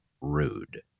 rude